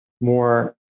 more